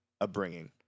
upbringing